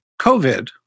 COVID